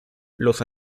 los